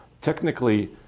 technically